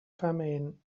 famine